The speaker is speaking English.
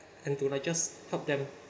and to like just help them